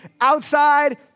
outside